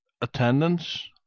attendance